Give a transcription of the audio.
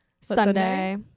Sunday